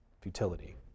Futility